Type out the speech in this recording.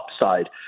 upside